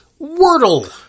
Wordle